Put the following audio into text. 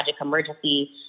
emergency